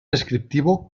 descriptivo